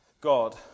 God